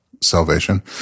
salvation